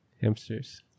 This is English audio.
Hamsters